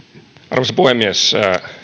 arvoisa puhemies